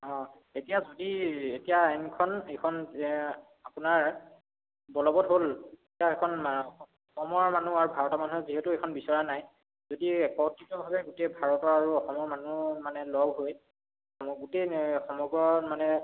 অঁ এতিয়া যদি এতিয়া আইনখন এইখন আপোনাৰ বলৱৎ হ'ল এতিয়া এখন অস অসমৰ মানুহ আৰু ভাৰতৰ মানুহে যিহেতু এইখন বিচৰা নাই যদি একত্ৰিতভাৱে গোটেই ভাৰতৰ আৰু অসমৰ মানুহ মানে লগ হৈ অসম গোটেই সমগ্ৰ মানে